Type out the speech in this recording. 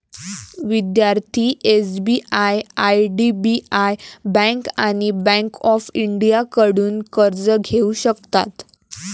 विद्यार्थी SBI IDBI bank आणि bank of इंडियाकडून कर्ज घेऊ शकतात